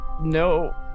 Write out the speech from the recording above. No